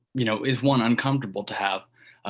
you know, is one uncomfortable to have,